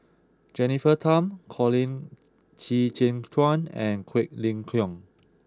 Jennifer Tham Colin Qi Zhe Quan and Quek Ling Kiong